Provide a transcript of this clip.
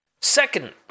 Second